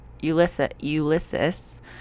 Ulysses